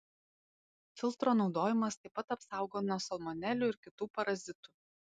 filtro naudojimas taip pat apsaugo nuo salmonelių ir kitų parazitų